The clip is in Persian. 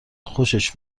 خوشش